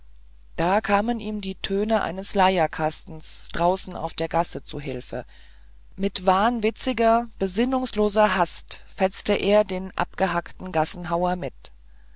da kamen ihm die töne eines leierkastens draußen auf der gasse zu hilfe und mit wahnwitziger besinnungsloser hast fetzte er den abgehackten gassenhauer mit